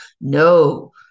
no